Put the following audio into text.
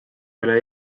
ole